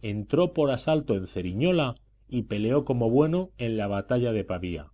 entró por asalto en ceriñola y peleó como bueno en la batalla de pavía